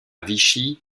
vichy